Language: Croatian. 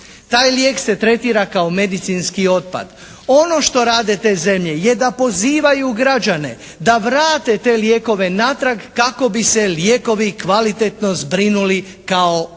Taj lijek se tretira kao medicinski otpad. Ono što rade te zemlje je da pozivaju građane da vrate te lijekove natrag kako bi se lijekovi kvalitetno zbrinuli kao otpad,